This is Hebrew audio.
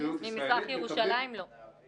ממזרח ירושלים, לא.